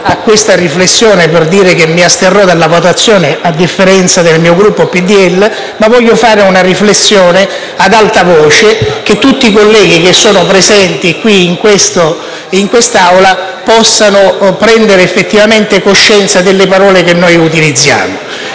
a questa riflessione per dire che mi asterrò dalla votazione, a differenza del mio Gruppo, ma voglio fare una riflessione ad alta voce, affinché tutti i colleghi che sono presenti in quest'Aula possano prendere effettivamente coscienza delle parole che noi utilizziamo.